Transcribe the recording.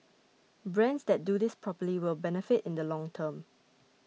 brands that do this properly will benefit in the long term